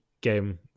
game